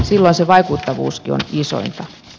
silloin se vaikuttavuuskin on isointa